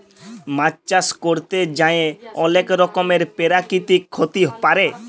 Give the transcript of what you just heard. মাছ চাষ ক্যরতে যাঁয়ে অলেক রকমের পেরাকিতিক ক্ষতি পারে